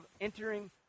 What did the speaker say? entering